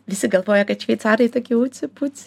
visi galvoja kad šveicarai tokie uci puci